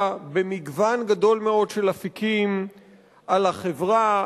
במגוון גדול מאוד של אפיקים על החברה,